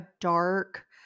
dark